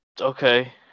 Okay